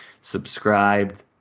subscribed